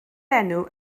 enw